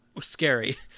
scary